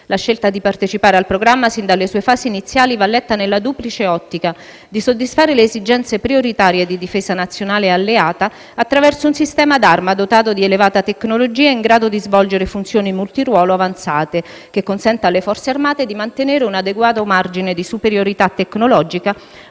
La scelta di partecipare al programma sin dalle sue fasi iniziali va letta nella duplice ottica di soddisfare le esigenze prioritarie di difesa nazionale e alleata attraverso un sistema d'arma dotato di elevata tecnologia in grado di svolgere funzioni multiruolo avanzate, che consenta alle Forze armate di mantenere un adeguato margine di superiorità tecnologica